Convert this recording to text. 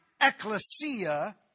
ecclesia